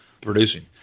producing